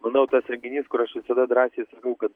manau tas reginys kur aš visada drąsiai sakau kad